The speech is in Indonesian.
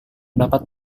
dapat